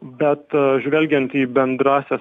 bet žvelgiant į bendrąsias